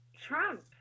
trump